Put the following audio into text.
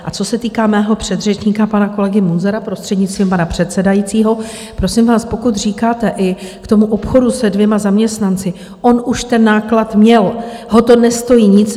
A co se týká mého předřečníka, pana kolegy Munzara, prostřednictvím pana předsedajícího: prosím vás, pokud říkáte i k tomu obchodu se dvěma zaměstnanci, on už ten náklad měl, nestojí ho to nic.